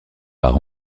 par